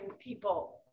people